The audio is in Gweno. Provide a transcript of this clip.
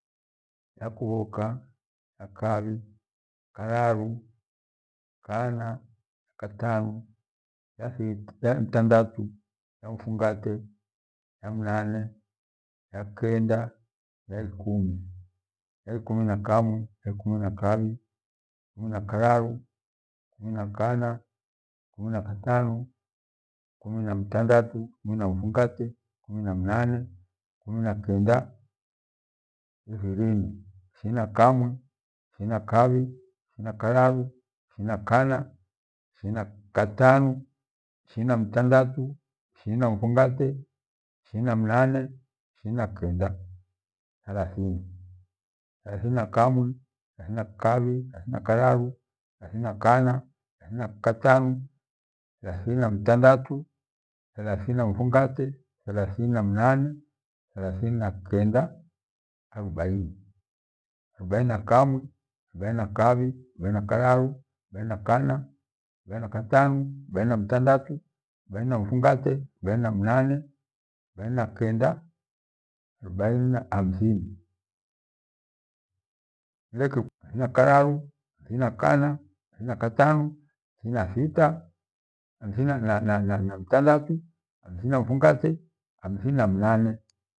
Kyakubhoka, kyakabhi, kyakararu, kana, kutanu, kathi- kamtandatu, mfungate, ka mnane, kya kenda kya ikumi kyaikumi na kamwi, ikumi na kabhi ikumni na kararu, ikumi na kana, ikumi na katanu, ikumi na mtandalu, ikumi na mfungate, ikumi na mnane, ikumi nakenda, Ishirini, ishirini na kamwi, ishirini na kabhi, ishirini na kararu, ishirini na kana, ishirini na katanu, ishirini na mtandatu, ishirini na mfungate, ishirini na mnane ishirini na kenda, thelathini, thelathini na kamwi, thalathini na kabhi, thalathini na kararu, thalathini na kana, thalathini na katanu, thalathini na matandalu, thalathini na mfungate, thalathini na mnane, thalathini na kenda arubaini, arubaini na kamwi, arubaini na kabhi, arubaini na kararu, arubaini na kana, arubaini na tanu, arubaini na mtandatu, arubaini na kenda, arubaini na Hamsini, nileke hamsini na kararu, hamsini na kana, hamsini na kutana, hamsini na sita, hamsini nana mtandatu, hamsini na mfungate, hamsini na mfungate, hamsini na mnane.